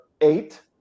eight